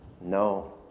No